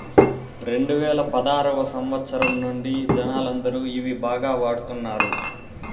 రెండువేల పదారవ సంవచ్చరం నుండి జనాలందరూ ఇవి బాగా వాడుతున్నారు